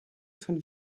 von